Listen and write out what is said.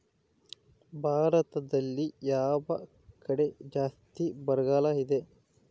ಭಾರತದಲ್ಲಿ ಯಾವ ಕಡೆ ಜಾಸ್ತಿ ಬರಗಾಲ ಇದೆ?